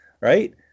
right